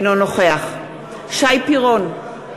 אינו נוכח שי פירון,